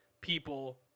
people